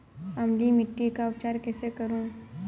अम्लीय मिट्टी का उपचार कैसे करूँ?